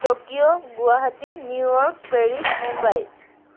Tokyo Guwahati New York Paris Mumbai